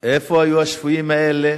איפה היו השפויים האלה?